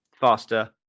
faster